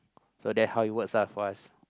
so that how it's work lah for us